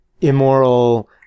immoral